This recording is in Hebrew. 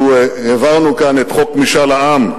אנחנו העברנו כאן את חוק משאל העם,